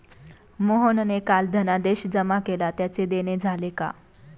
मोहनने काल धनादेश जमा केला त्याचे देणे झाले का?